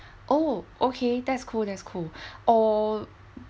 oh okay that's cool that's cool or